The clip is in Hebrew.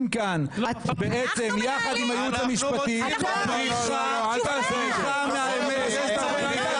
כאן יחד עם הייעוץ המשפטי בריחה מהאמת.